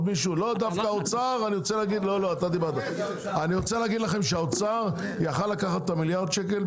האוצר יכל לקחת את המיליארד שקל.